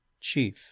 chief